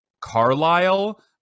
Carlisle